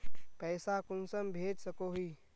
पैसा कुंसम भेज सकोही?